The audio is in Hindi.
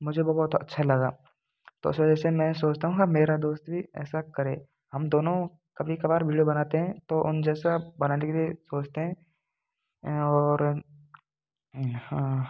मुझे वो बहुत अच्छा लगा तो उस वजह से मैं सोचता हूँ मेरा दोस्त भी ऐसा करे हम दोनों कभी कभार वीडियो बनाते हैं तो उन जैसा बनाने के लिए सोचते हैं और हाँ